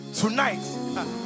tonight